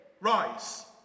rise